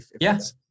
Yes